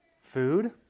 Food